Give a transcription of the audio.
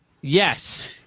Yes